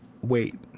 Wait